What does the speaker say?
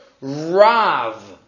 Rav